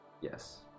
yes